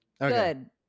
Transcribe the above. Good